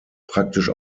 praktisch